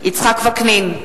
יצחק וקנין,